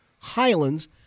Highlands